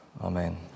Amen